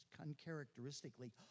uncharacteristically